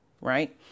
Right